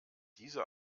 diese